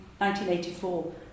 1984